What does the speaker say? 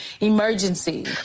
emergency